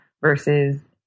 versus